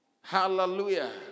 hallelujah